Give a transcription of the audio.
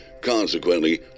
consequently